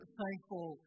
thankful